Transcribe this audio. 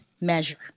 measure